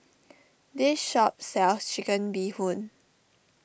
this shop sells Chicken Bee Hoon